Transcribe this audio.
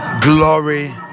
glory